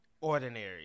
ordinary